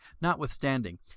Notwithstanding